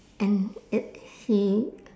and it's he